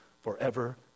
forever